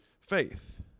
faith